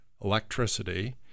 electricity